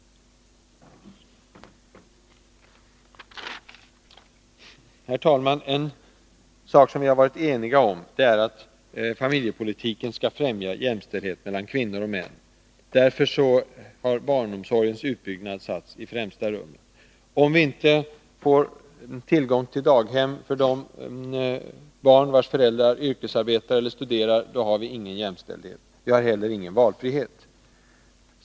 Herr talman! En princip som vi har varit eniga om är att familjepolitiken skall främja jämställdhet mellan kvinnor och män. Därför har barnomsorgens utbyggnad satts i fträmsta rummet. Om man inte får tillgång till daghem för de barn vars föräldrar yrkesarbetar eller studerar, har man ingen jämställdhet. Då har man heller ingen valfrihet.